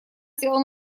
села